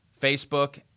Facebook